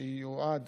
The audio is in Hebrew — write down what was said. שיועד